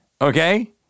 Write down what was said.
Okay